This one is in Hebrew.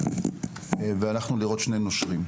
והלכנו לראות שני נושרים,